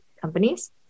companies